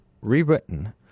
rewritten